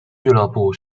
俱乐部